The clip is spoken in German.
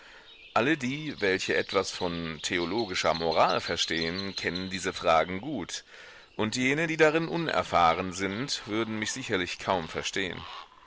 alle die welche etwas von theologischer moral verstehen kennen diese fragen gut und jene die darin unerfahren sind würden mich sicherlich kaum verstehen